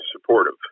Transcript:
supportive